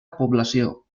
població